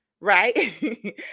right